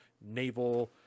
naval